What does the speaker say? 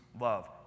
love